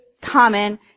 common